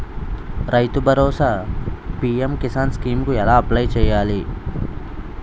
రైతు భరోసా PM Kisan scheme కు ఎలా అప్లయ్ చేయాలి?